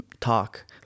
talk